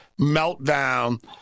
meltdown